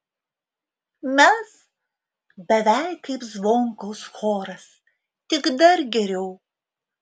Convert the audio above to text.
mes beveik kaip zvonkaus choras tik dar geriau